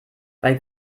bei